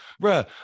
bro